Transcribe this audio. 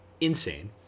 insane